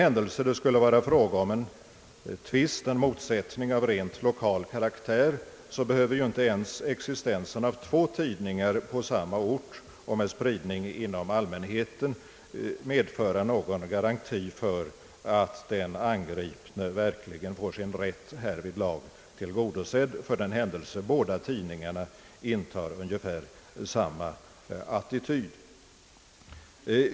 Gäller det en tvist eller en motsättning av rent lokal karaktär innebär inte ens existensen av två tidningar med god spridning på samma ort någon garanti för att den angripne verkligen får sin rätt till genmäle tillgodosedd — det kan ju hända att båda tidningarna intar ungefär samma attityd i den aktuella frågan.